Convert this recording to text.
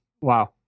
Wow